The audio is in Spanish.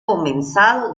comenzado